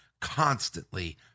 constantly